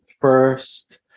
first